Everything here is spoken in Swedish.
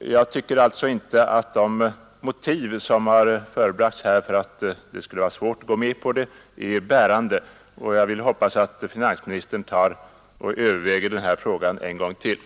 Jag tycker alltså inte att de motiv som förebragts här för att det skulle vara svårt att gå med på detta är bärande. Jag vill hoppas att finansministern överväger frågan en gång till.